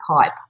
pipe